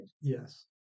Yes